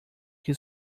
que